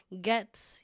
get